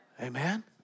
Amen